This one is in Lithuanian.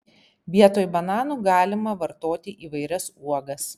vietoj bananų galima vartoti įvairias uogas